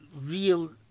real